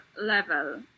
level